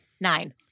Nine